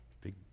Big